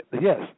yes